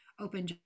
open